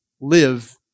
Live